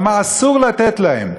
ואמר: אסור לתת להם.